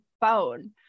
phone